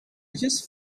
just